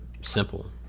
simple